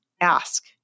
Ask